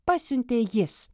pasiuntė jis